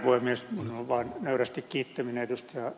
minun on vaan nöyrästi kiittäminen ed